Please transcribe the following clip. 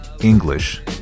English